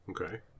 Okay